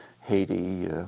Haiti